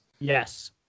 yes